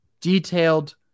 detailed